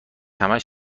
همش